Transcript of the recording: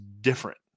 different